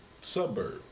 suburb